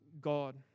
God